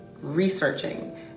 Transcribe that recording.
researching